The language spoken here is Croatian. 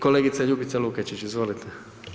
Kolegice Ljubica Lukačić, izvolite.